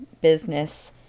business